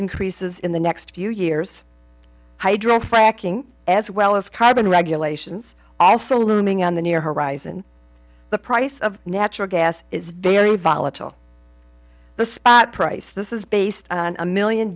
increases in the next few years hydro fracking as well as carbon regulations absolutely on the near horizon the price of natural gas is very volatile the spot price this is based on a million